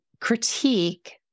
critique